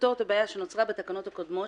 הבעיה שנוצרה בתקנות הקודמות,